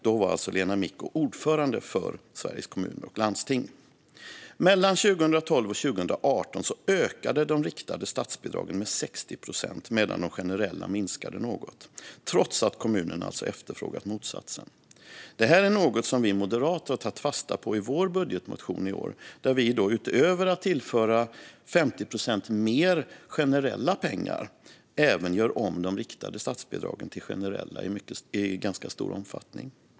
Då var alltså Lena Micko ordförande för Sveriges Kommuner och Landsting. Mellan 2012 och 2018 ökade de riktade statsbidragen med 60 procent medan de generella minskade något, trots att kommunerna alltså efterfrågat motsatsen. Detta är något som vi moderater har tagit fasta på i vår budgetmotion i år, där vi utöver att tillföra 50 procent mer generella pengar även gör om de riktade statsbidragen till generella i ganska stor omfattning.